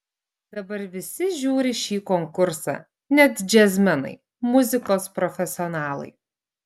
dabar visi žiūri šį konkursą net džiazmenai muzikos profesionalai